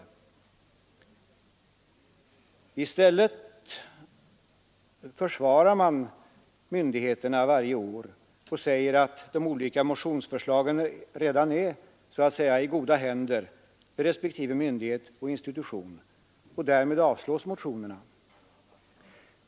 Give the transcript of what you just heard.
Men i stället försvarar man varje år myndigheterna och säger att de olika motionsförslagen redan är så att främja industriellt utvecklingsarbete säga ”i goda händer” vid respektive myndighet och institution — och därmed avslås motionerna.